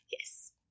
Yes